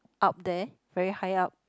out there very high up